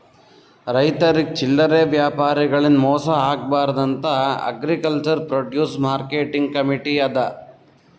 ರೈತರಿಗ್ ಚಲ್ಲರೆ ವ್ಯಾಪಾರಿಗಳಿಂದ್ ಮೋಸ ಆಗ್ಬಾರ್ದ್ ಅಂತಾ ಅಗ್ರಿಕಲ್ಚರ್ ಪ್ರೊಡ್ಯೂಸ್ ಮಾರ್ಕೆಟಿಂಗ್ ಕಮೀಟಿ ಅದಾ